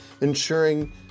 ensuring